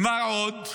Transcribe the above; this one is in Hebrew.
מה עוד?